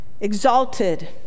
exalted